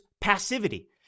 passivity